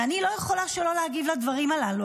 ואני לא יכולה שלא להגיב לדברים הללו.